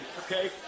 okay